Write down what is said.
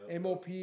MOP